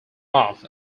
off